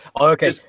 Okay